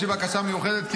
יש לי בקשה מיוחדת,